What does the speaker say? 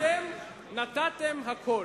אתם נתתם הכול.